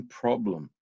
problem